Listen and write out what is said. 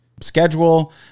schedule